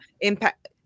impact